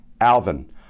Alvin